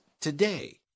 today